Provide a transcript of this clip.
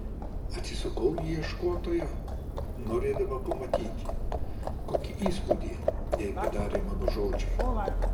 atsisukau į ieškotoją norėdama pamatyti kokį įspūdį jai padarė mano žodžiai